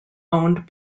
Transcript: owned